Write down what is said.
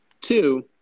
Two